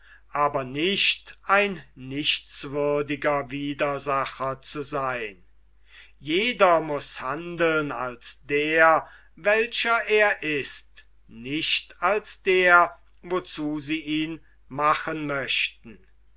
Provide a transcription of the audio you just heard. aber nicht ein nichtswürdiger widersacher zu seyn jeder muß handeln als der welcher er ist nicht als der wozu sie ihn machen möchten